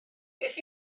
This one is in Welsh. beth